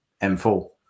M4